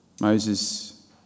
Moses